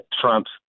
Trump's